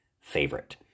favorite